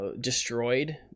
destroyed